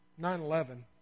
9-11